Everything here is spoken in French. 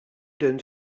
donne